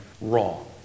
wrong